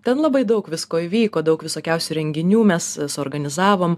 ten labai daug visko įvyko daug visokiausių renginių mes suorganizavom